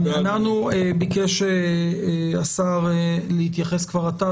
ביקש השר להתייחס כבר עתה,